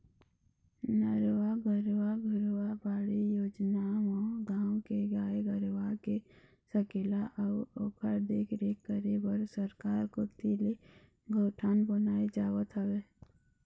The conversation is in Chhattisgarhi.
नरूवा, गरूवा, घुरूवा, बाड़ी योजना म गाँव के गाय गरूवा के सकेला अउ ओखर देखरेख करे बर सरकार कोती ले गौठान बनाए जावत हवय